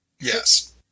Yes